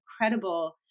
incredible